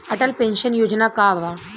Atal pension Yojana का बा?